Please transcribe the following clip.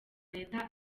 leta